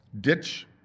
ditch